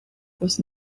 was